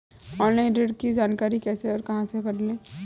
Online ऋण की जानकारी कैसे और कहां पर करें?